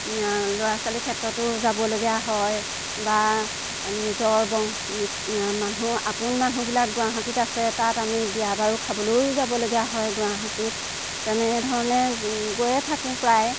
লৰা ছোৱালী ক্ষেত্ৰতো যাবলগীয়া হয় বা নিজৰ মানুহ আপোন মানুহবিলাক গুৱাহাটীত আছে তাত আমি বিয়া বাৰু খাবলও যাবলগীয়া হয় গুৱাহাটীত তেনেধৰণে গৈয়ে থাকো প্ৰায়